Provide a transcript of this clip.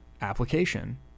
application